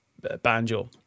banjo